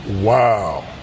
Wow